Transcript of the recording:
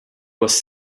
was